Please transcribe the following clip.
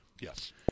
Yes